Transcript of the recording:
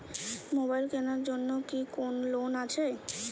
Mobile কেনার জন্য কি কোন লোন আছে?